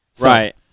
Right